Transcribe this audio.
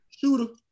Shooter